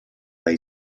lay